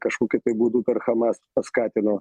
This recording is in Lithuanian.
kažkokiu būdu karchamas paskatino